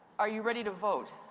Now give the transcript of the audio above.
are you ready to vote?